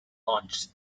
launched